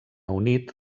unit